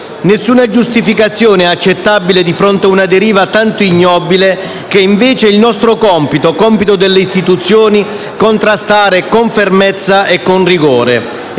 Nessuna giustificazione è accettabile di fronte a una deriva tanto ignobile, che invece è nostro compito, compito delle istituzioni, contrastare con fermezza e con rigore.